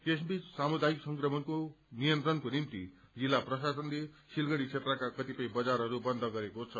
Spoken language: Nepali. यस बीच सामुदायिक संक्रमणको नियन्त्रणको निम्ति जिल्ला प्रशासनले सिलगढ़ी क्षेत्रका कतिपय बजारहरू बन्द गरेको छ